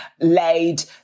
laid